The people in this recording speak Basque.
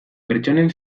pertsonen